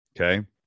Okay